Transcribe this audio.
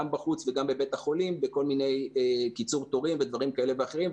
גם בחוץ וגם בבית החולים בקיצור תורים ובכל מיני דברים ואחרים.